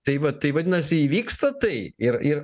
tai vat tai vadinasi įvyksta tai ir ir